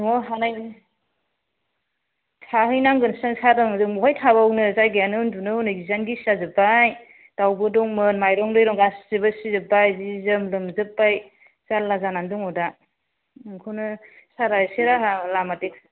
नवाव हानाय थाहै नांगोन सो सार जों महाय थाबावनो जायगायानो उनदुनो हनै जियानो गिसि जाजोबबाय दावबो दं मोन मायरं दैरं गासिबो सिजोबबाय जि जोम लोमजोबबाय जारला जानानै दङ दा ओमखौनो सार आ एसे राहा लामारदो